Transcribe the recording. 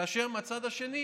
כאשר מהצד השני